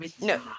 No